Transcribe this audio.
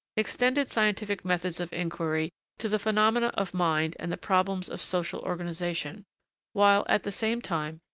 extended scientific methods of inquiry to the phenomena of mind and the problems of social organisation while, at the same time,